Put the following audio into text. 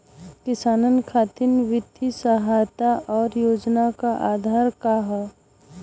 किसानन खातिर वित्तीय सहायता और योजना क आधार का ह?